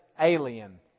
alien